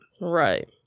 Right